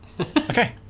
Okay